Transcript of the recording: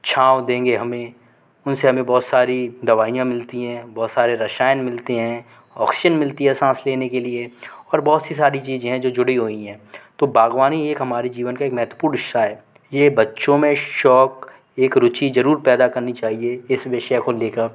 छाँव देंगे हमें उन से हमें बहुत सारी दवाइयाँ मिलती हैं बहुत सारे रसायन मिलते हैं ऑक्शिन मिलती है साँस लेने के लिए और बहुत सी सारी चीज़ें हैं जो जुड़ी हुई हैं तो बाग़बानी एक हमारे जीवन का एक महत्वपूण हिस्सा है ये बच्चों में शौक़ एक रुचि ज़रूर पैदा करनी चाहिए इस विषय को ले कर